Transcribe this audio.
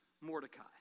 Mordecai